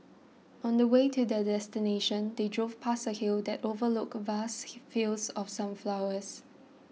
on the way to their destination they drove past a hill that overlooked vast fields of sunflowers